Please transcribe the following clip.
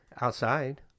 outside